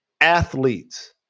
athletes